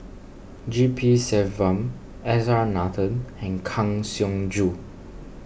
G P Selvam S R Nathan and Kang Siong Joo